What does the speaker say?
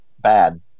Bad